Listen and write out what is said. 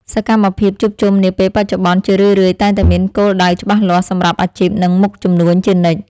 សកម្មភាពជួបជុំនាពេលបច្ចុប្បន្នជារឿយៗតែងតែមានគោលដៅច្បាស់លាស់សម្រាប់អាជីពនិងមុខជំនួញជានិច្ច។